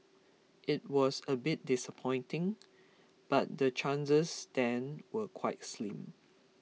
it was a bit disappointing but the chances then were quite slim